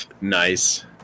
nice